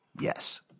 yes